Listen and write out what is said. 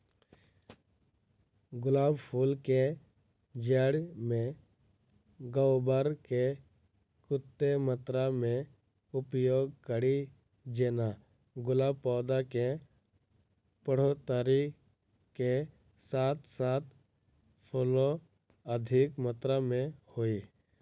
गुलाब फूल केँ जैड़ मे गोबर केँ कत्ते मात्रा मे उपयोग कड़ी जेना गुलाब पौधा केँ बढ़ोतरी केँ साथ साथ फूलो अधिक मात्रा मे होइ?